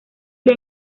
les